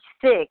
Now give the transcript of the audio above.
six